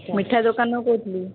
ମିଠା ଦୋକାନରୁ କହୁଥିଲି